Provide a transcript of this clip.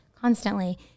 constantly